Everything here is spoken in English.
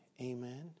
Amen